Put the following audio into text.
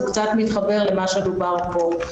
זה קצת מתחבר אל מה שדובר פה.